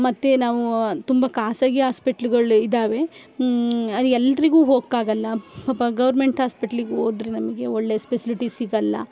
ಮತ್ತು ನಾವು ತುಂಬ ಖಾಸಗಿ ಹಾಸ್ಪೆಟ್ಲ್ಗಳು ಇದಾವೆ ಅಲ್ಲಿ ಎಲ್ರಿಗು ಹೋಕ್ಕಾಗೊಲ್ಲ ಪಾಪ ಗೌರ್ಮೆಂಟ್ ಹಾಸ್ಪೆಟ್ಲಿಗೆ ಹೋದ್ರೆ ನಮಗೆ ಒಳ್ಳೆ ಸ್ಪೆಸಿಲಿಟಿ ಸಿಗೋಲ್ಲ